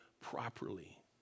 properly